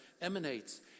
emanates